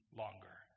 longer